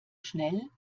schnell